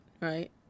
right